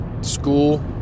school